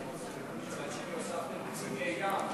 מצד שני הוספתם קציני ים.